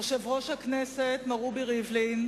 יושב-ראש הכנסת מר רובי ריבלין,